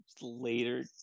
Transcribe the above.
later